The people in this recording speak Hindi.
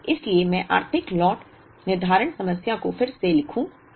इसलिए मैं आर्थिक लॉट निर्धारण समस्या को फिर से लिखूं